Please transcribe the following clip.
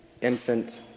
infant